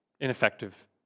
ineffective